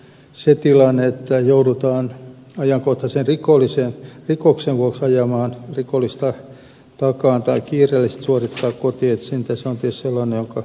se tilanne että joudutaan ajankohtaisen rikoksen vuoksi ajamaan rikollista takaa tai kiireellisesti suorittamaan kotietsintä on tietysti sellainen jonka kaikki hyväksyvät